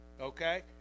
Okay